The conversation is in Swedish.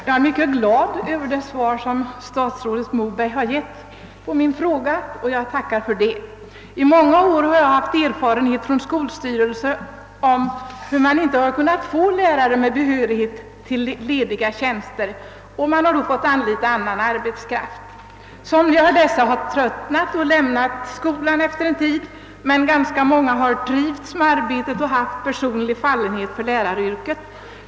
Herr talman! Jag är mycket glad över statsrådet Mobergs svar på min fråga, och jag tackar för det. Jag har många års erfarenhet från skolstyrelser av att man inte har kunnat få lärare med behörighet till lediga tjänster utan har måst anlita annan arbetskraft. Somliga av dessa vikarier har tröttnat och lämnat skolan efter en tid, men ganska många har trivts med arbetet och visat personlig fallenhet för läraryrket.